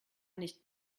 nicht